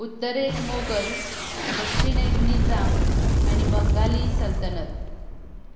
उत्तरेक मोगल दक्षीणेक निजाम आनी बंगाली सल्तनत